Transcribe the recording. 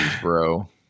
bro